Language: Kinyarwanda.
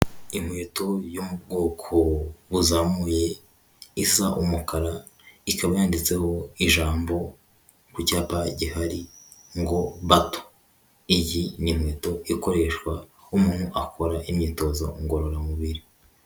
Inkweto yo mu bwoko buzamuye isa umukara, ikaba yanditseho ijambo ku cyapa gihari ngo bato, iyi ni inkweto ikoreshwa umuntu akora imyitozo ngororamubiri.